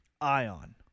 Ion